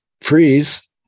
freeze